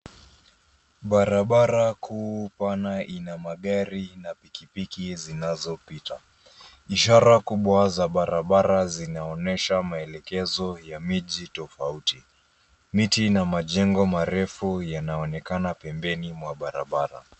Barabara kuu pana ina magari na pikipiki zinazopita. Ishara kubwa za barabara zinaonyesha maelekezo ya miji tofauti. Miti na majengo marefu yanaonekana pembeni mwa barabara.